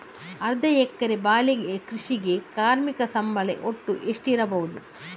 ಅರ್ಧ ಎಕರೆಯ ಬಾಳೆ ಕೃಷಿಗೆ ಕಾರ್ಮಿಕ ಸಂಬಳ ಒಟ್ಟು ಎಷ್ಟಿರಬಹುದು?